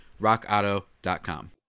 rockauto.com